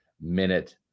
minute